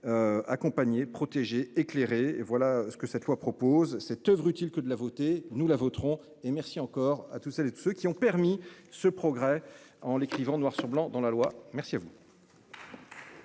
Accompagné protéger. Et voilà ce que cette fois propose cette oeuvre utile que de la voter, nous la voterons et merci encore à toutes celles et de ceux qui ont permis ce progrès en l'écrivant noir sur blanc dans la loi. Merci à vous.